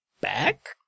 back